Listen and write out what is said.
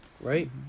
right